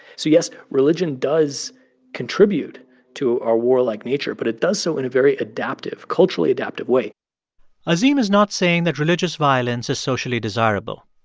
so, yes, religion does contribute to our warlike nature, but it does so in a very adaptive culturally adaptive way azim is not saying that religious violence is socially desirable.